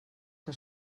que